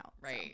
right